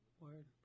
word